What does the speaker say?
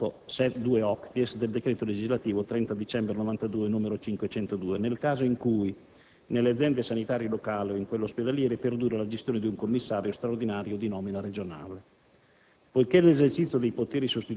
previsti dall'art 2, comma 2-*octies*, del decreto legislativo 30 dicembre 1992, n. 502, nel caso in cui nelle aziende sanitarie locali o in quelle ospedaliere perduri la gestione di un commissario straordinario di nomina regionale.